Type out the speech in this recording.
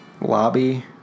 lobby